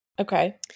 Okay